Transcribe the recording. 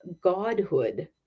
godhood